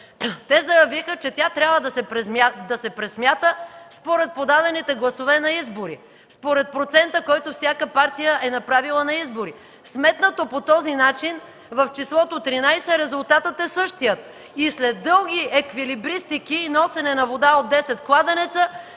те заявиха, че тя трябва да се пресмята според подадените гласове на изборите – според процента, който всяка партия е направила на изборите. Сметнато по този начин, в числото 13 резултатът е същият. След дълги еквилибристики и носенето на вода от 10 кладенеца,